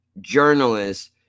journalists